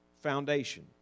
foundation